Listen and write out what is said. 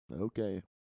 okay